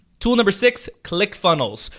tool number six, clickfunnels.